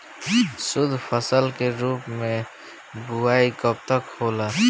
शुद्धफसल के रूप में बुआई कब तक होला?